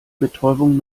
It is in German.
betäubung